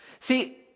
See